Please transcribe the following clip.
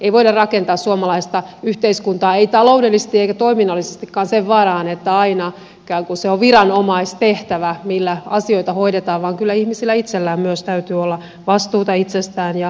ei voida rakentaa suomalaista yhteiskuntaa ei taloudellisesti eikä toiminnallisestikaan sen varaan että aina se on viranomaistehtävä millä asioita hoidetaan vaan kyllä ihmisellä itsellään myös täytyy olla vastuuta itsestään ja läheisestään